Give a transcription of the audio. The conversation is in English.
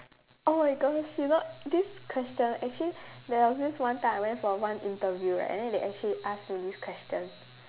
my oh gosh you know this question actually there was this one time I went for one interview right and then they actually asked me this question